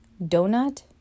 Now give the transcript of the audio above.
donut